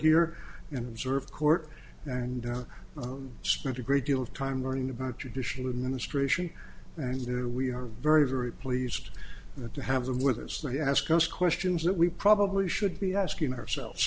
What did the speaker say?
here and observe court and spent a great deal of time learning about traditional administration and we are very very pleased to have them with us they ask us questions that we probably should be asking ourselves